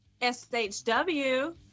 SHW